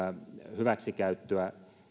hyväksikäyttöä